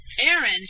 Aaron